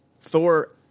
thor